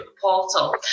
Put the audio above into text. portal